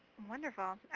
wonderful.